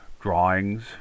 drawings